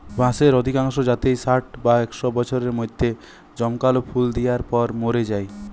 বাঁশের অধিকাংশ জাতই ষাট বা একশ বছরের মধ্যে জমকালো ফুল দিয়ার পর মোরে যায়